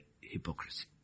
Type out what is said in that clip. hypocrisy